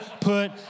put